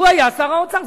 הוא היה שר האוצר.